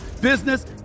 business